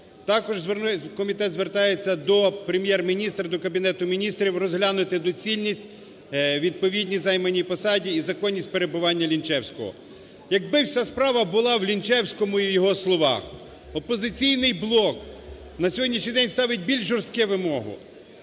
Також комітет звертається до Прем’єр-міністра, Кабінету Міністрів розглянути доцільність відповідній займаній посаді і законність перебування Лінчевського. Якби вся справа була в Лінчевському і його словах. "Опозиційний блок" на сьогоднішній день ставить більш жорстку вимогу: